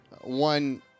One